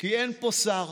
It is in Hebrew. כך גם סיעת גשר